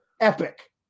epic